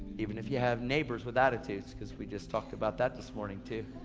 even if you have neighbors with attitudes, cause we just talked about that this morning too.